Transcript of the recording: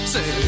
Say